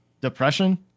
depression